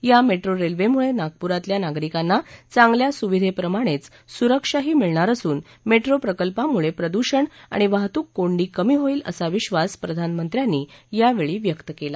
या मेट्रो रेल्वेमुळे नागपुरातल्या नागरिकांना चांगल्या सुविधेप्रमाणेच सुरक्षाही मिळणार असून मेट्रो प्रकल्पामुळे प्रद्षण आणि वाहतूक कोंडी कमी होईल असा विश्वास प्रधानमंत्र्यांनी यावेळी व्यक्त केला